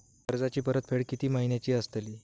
कर्जाची परतफेड कीती महिन्याची असतली?